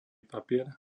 papier